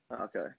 Okay